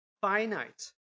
finite